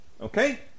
Okay